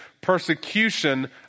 persecution